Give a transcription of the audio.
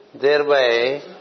Thereby